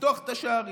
לפתוח את השערים.